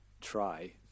try